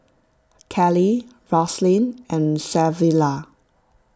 Cali Roselyn and Savilla